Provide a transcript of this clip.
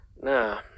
Now